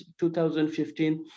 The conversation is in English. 2015